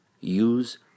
Use